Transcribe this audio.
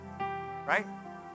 right